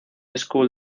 school